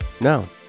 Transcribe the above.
No